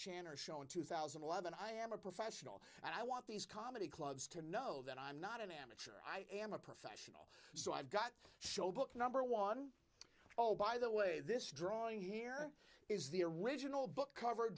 on mr show in two thousand and eleven i am a professional and i want these comedy clubs to know that i'm not an amateur i am a professional so i've got show book number one zero by the way this drawing here is the original book cover